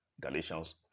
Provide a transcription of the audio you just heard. Galatians